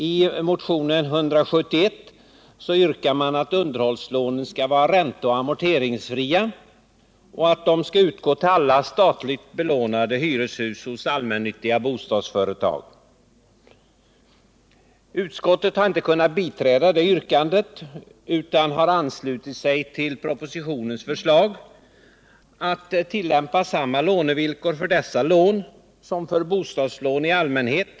I motionen 171 yrkas att underhållslånen skall vara ränteoch amorteringsfria och att de skall utgå till alla statligt belånade hyreshus hos allmännyttiga bostadsföretag. Utskottet har inte kunnat biträda det yrkandet utan har anslutit sig till propositionens förslag om att man skall tillämpa samma lånevillkor för dessa lån som för bostadslån i allmänhet.